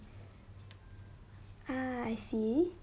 ah I see